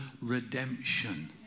redemption